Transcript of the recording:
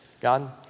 God